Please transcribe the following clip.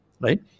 right